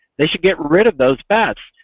they should get rid of those bats!